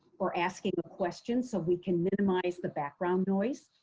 or asking a question, so we can minimize the background noise.